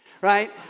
right